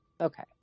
Okay